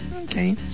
Okay